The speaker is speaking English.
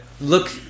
look